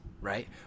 right